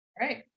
right